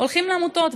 הולכים לעמותות,